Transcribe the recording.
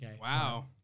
Wow